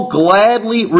gladly